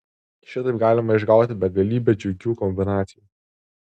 šitaip galima išgauti begalybę džiugių kombinacijų